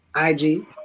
IG